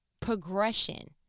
progression